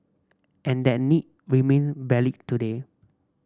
and that need remain valid today